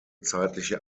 zeitliche